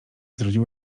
zrodził